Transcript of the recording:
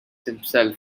himself